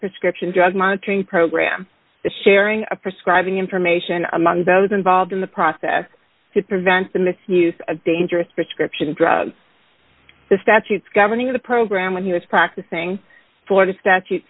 prescription drug monitoring program sharing prescribe information among those involved in the process to prevent the misuse of dangerous prescription drugs the statutes governing the program when he was practicing for the statute